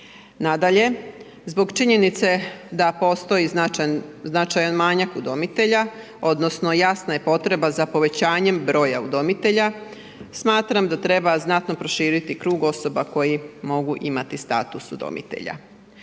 Nadalje, zbog činjenice da postoji značajan manjak udomitelja odnosno jasna je potreba za povećanjem broja udomitelja, smatram da treba znatno proširiti krug osoba koje mogu imati status udomitelja.